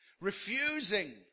refusing